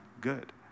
good